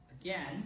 Again